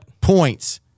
points